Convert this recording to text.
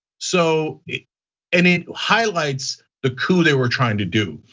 so any highlights the coup they were trying to do,